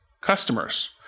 customers